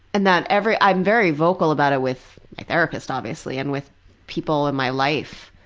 and that every, i'm very vocal about it with my therapist obviously and with people in my life,